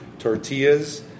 Tortillas